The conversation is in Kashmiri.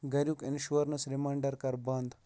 گَریُک اِنشورَنَس رِمایڈَر کَر بنٛد